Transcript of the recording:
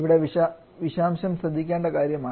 ഇവിടെ വിഷാംശം ശ്രദ്ധിക്കേണ്ട കാര്യമാണ്